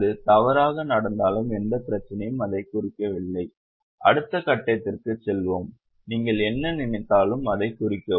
அது தவறாக நடந்தாலும் எந்த பிரச்சனையும் அதைக் குறிக்கவில்லை அடுத்த கட்டத்திற்குச் செல்வோம் நீங்கள் என்ன நினைத்தாலும் அதைக் குறிக்கவும்